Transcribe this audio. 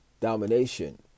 domination